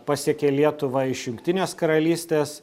pasiekė lietuvą iš jungtinės karalystės